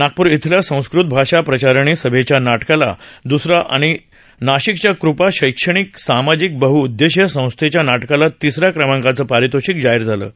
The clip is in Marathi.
नागपूर इथल्या संस्कृत भाषा प्रचारिणी सभेच्या नाटकाला द्रसरा आणि नाशिकच्या कृपा शैक्षणिक सामाजिक बहददेशीय संस्थेच्या नाटकाला तिसऱ्या क्रमांकाचं पारितोषिक जाहीर झानं आहे